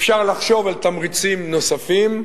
אפשר לחשוב על תמריצים נוספים,